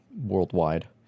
worldwide